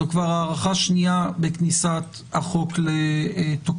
זו כבר הארכה שנייה בכניסת החוק לתוקפו,